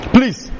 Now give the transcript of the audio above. Please